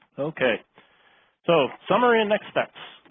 okay so summary and next steps.